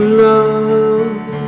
love